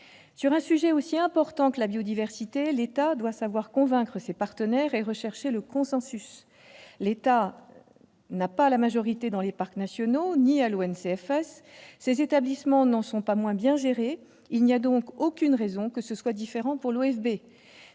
Sur un sujet aussi important que la biodiversité, l'État doit savoir convaincre ses partenaires et rechercher le consensus. L'État n'a la majorité ni dans Parcs nationaux de France ni à l'ONCFS. Ces établissements n'en sont pas moins bien gérés. Il n'y a donc aucune raison que ce soit différent pour l'OFB.